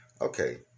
Okay